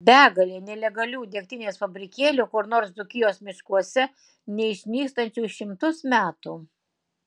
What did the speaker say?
begalė nelegalių degtinės fabrikėlių kur nors dzūkijos miškuose neišnykstančių šimtus metų